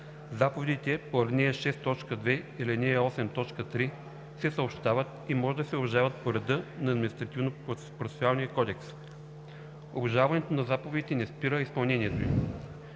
Заповедите по ал. 6, т. 2 и ал. 8, т. 3 се съобщават и може да се обжалват по реда на Административнопроцесуалния кодекс. Обжалването на заповедите не спира изпълнението им.